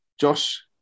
Josh